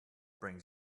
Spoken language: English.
brings